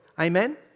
Amen